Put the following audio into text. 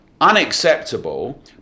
unacceptable